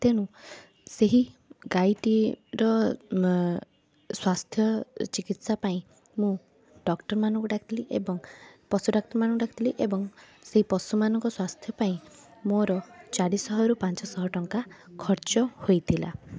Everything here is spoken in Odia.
ତେଣୁ ସେହି ଗାଈଟିଏର ସ୍ୱାସ୍ଥ୍ୟ ଚିକିତ୍ସା ପାଇଁ ମୁଁ ଡକ୍ଟର ମାନଙ୍କୁ ଡାକିଲି ଏବଂ ପଶୁ ଡାକ୍ତର ମାନଙ୍କୁ ଡାକିଥିଲି ଏବଂ ସେଇ ପଶୁମାନଙ୍କ ସ୍ୱାସ୍ଥ୍ୟ ପାଇଁ ମୋର ଚାରିଶହ ରୁ ପାଞ୍ଚଶହ ଟଙ୍କା ଖର୍ଚ୍ଚ ହୋଇଥିଲା